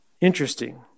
Interesting